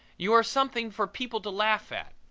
you are something for people to laugh at.